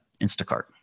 Instacart